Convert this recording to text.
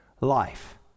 life